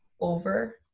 over